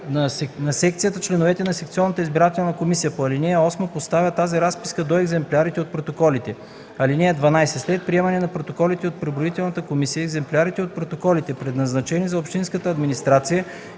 на секцията членовете на секционната избирателна комисия по ал. 8 поставят тази разписка до екземплярите от протоколите. (12) След приемане на протоколите от преброителната комисия екземплярите от протоколите, предназначени за общинската администрация,